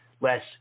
less